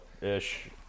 Ish